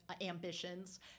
ambitions